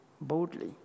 boldly